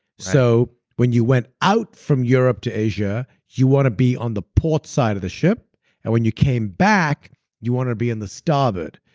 so when you went out from europe to asia, you want to be on the port side of the ship and when you came back you want to be on the starboard.